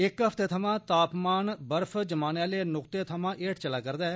इक हफ्ते थमां तापमान बर्फ जमाने आले नुक्ते थमां हेठ चला'रदा ऐ